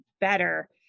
better